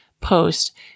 post